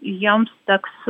jiems teks